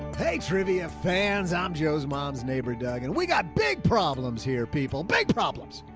hey trivia fans. i'm joe's mom's neighbor, doug, and we got big problems here. people, big problems.